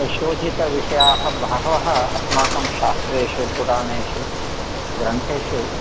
शोधितविषयाः बहवः अस्माकं शास्त्रेषु पुराणेषु ग्रन्थेषु